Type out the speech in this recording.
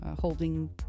holding